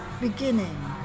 beginning